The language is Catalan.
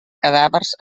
cadàvers